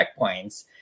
checkpoints